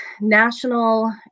national